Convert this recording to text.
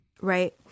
Right